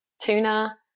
tuna